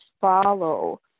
follow